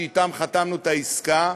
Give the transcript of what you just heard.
שאתם חתמנו על העסקה,